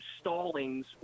Stallings